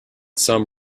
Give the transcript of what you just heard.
some